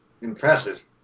impressive